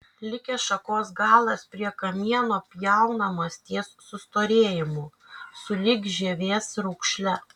likęs šakos galas prie kamieno pjaunamas ties sustorėjimu sulig žievės raukšle